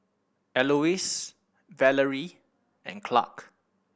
Elois Valery and Clark